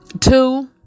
Two